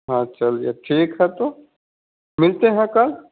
हाँ चलिए ठीक है तो मिलते हैं कल